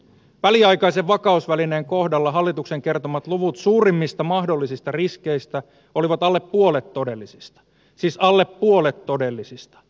väliaikaisen vakausvälineen kohdalla hallituksen kertomat luvut suurimmista mahdollisista riskeistä olivat alle puolet todellisesta siis alle puolet todellisista